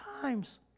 times